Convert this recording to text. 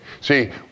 See